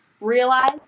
realize